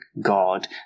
God